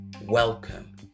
welcome